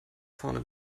vorne